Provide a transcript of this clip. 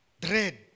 dread